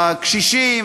והקשישים,